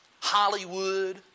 Hollywood